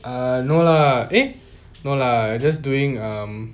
err no lah eh no lah just doing um